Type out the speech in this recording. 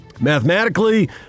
Mathematically